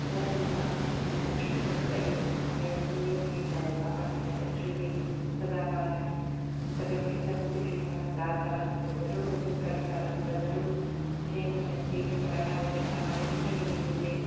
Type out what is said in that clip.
घर में पापड़ खिचा कचरियूं सभु कयूं पंहिंजे सिंधी में त पापड़ खिचा कचरी बि सदा बहार आहिनि सभिन खे सभु हुते शयूं वणनि दालि चांवर सां त ज़रूर हुजनि कढ़ी चांवर सां त ज़रूरु शइ हुजनि भीड़ियूं पटाटा बि हुजनि टमाटे जी चटणी बि हुजे